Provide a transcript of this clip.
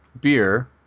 beer